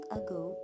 ago